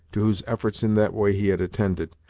to whose efforts in that way he had attended,